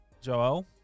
Joel